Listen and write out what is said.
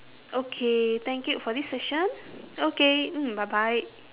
okay thank you for this session okay mm bye bye